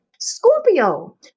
Scorpio